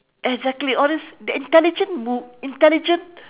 exactly all these the intelligent mov~ intelligent